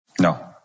No